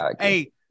Hey